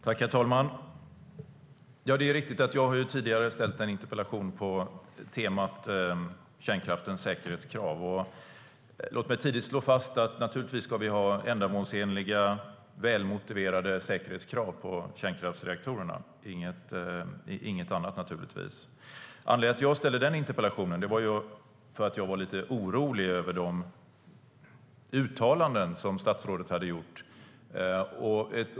Herr talman! Det är riktigt att jag tidigare har ställt en interpellation på temat kärnkraftens säkerhetskrav. Låt mig tydligt slå fast att vi naturligtvis ska ha ändamålsenliga och välmotiverade säkerhetskrav på kärnkraftsreaktorerna. Anledningen till att jag ställde den interpellationen var att jag var lite orolig över de uttalanden som statsrådet gjort.